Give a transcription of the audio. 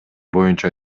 боюнча